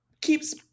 keeps